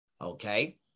okay